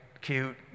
cute